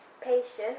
patience